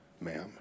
ma'am